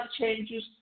changes